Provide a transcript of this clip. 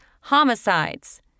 homicides